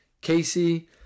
Casey